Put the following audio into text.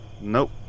Nope